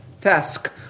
task